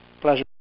Pleasure